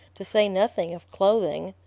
to say nothing of clothing.